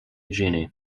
jeanne